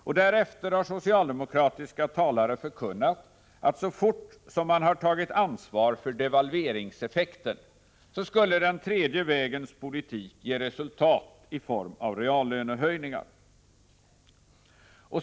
Och därefter har socialdemokratiska talare förkunnat, att så fort man hade tagit ansvar för devalveringseffekterna skulle den tredje vägens politik ge resultat i form av reallönehöjningar.